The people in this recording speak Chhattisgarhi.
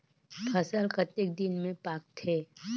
फसल कतेक दिन मे पाकथे?